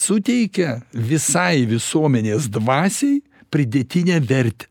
suteikia visai visuomenės dvasiai pridėtinę vertę